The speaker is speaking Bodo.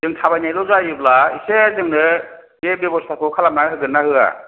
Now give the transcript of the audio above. जों थाबायनायल' जायोब्ला एसे जोंनो बे बेब'स्थाखौ खालामना होगोन ना होआ